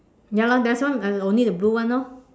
ya lor that's why only the blue one lor